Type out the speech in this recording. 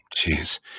Jeez